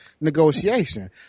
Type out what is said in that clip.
negotiation